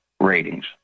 ratings